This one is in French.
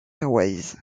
airways